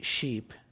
sheep